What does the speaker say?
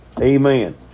Amen